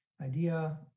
Idea